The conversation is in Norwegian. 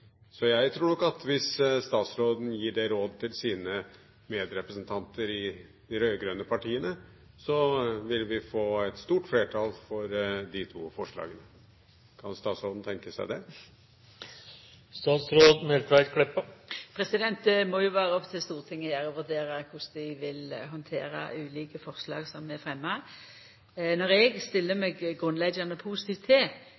Jeg tror at hvis statsråden gir det råd til sine medrepresentanter i de rød-grønne partiene, så ville vi få et stort flertall for de to forslagene. Kan statsråden tenke seg det? Det må jo vera opp til Stortinget å gjera ei vurdering av korleis ein vil handtera dei ulike forslaga som er fremja. Når eg stiller meg grunnleggjande positiv til